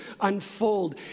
unfold